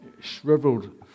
shriveled